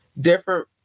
Different